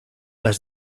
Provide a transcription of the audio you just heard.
las